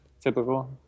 typical